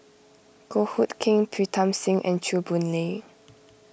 Goh Hood Keng Pritam Singh and Chew Boon Lay